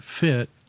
fit